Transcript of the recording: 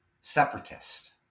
separatist